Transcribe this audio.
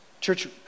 Church